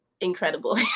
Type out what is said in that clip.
incredible